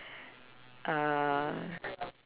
uh